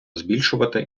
збільшувати